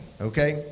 okay